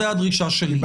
זו הדרישה שלי.